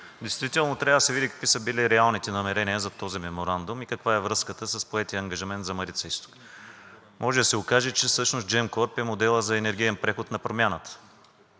Действително трябва да се види какви са били реалните намерения за този меморандум и каква е връзката с поетия ангажимент за Марица изток. Може да се окаже, че всъщност Gemcorp е моделът за енергиен преход на Промяната.